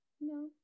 no